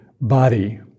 body